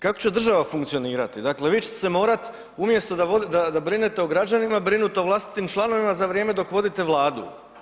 Kako će država funkcionirati, dakle vi ćete se morat umjesto da brinete o građanima, brinuti o vlastitim članovima za vrijeme dok vodite Vladu.